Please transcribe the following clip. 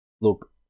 look